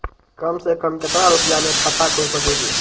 कम से कम केतना रुपया में खाता खुल सकेली?